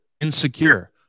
insecure